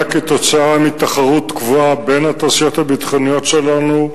מתחרות גדולה בין התעשיות הביטחוניות שלנו,